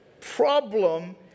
problem